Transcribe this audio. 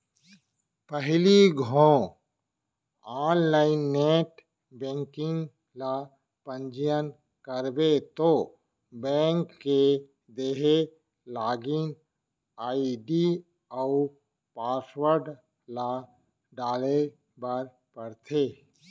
पहिली घौं online net banking ल पंजीयन करबे तौ बेंक के देहे लागिन आईडी अउ पासवर्ड ल डारे बर परथे